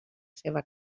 seva